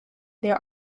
there